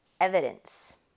evidence